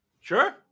Sure